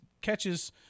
catches